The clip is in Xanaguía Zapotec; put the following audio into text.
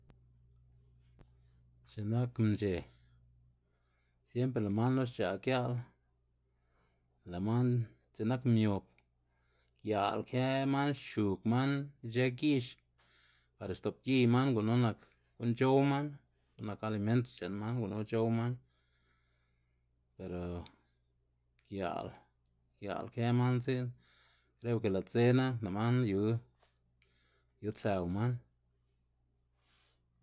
X̱i nak mc̲h̲e siempre lë' man knu xc̲h̲a' gia'l, lë' man x̱i'k nak miob, gia'l kë man xchug man ic̲h̲e gix par xtopgiy man gunu nak gu'n c̲h̲ow man nak alimento chen man gunu c̲h̲ow man, pero gia'l gia'l ke man dzi'n kreo ke lë' dzena lë' man yu yu tsëw man.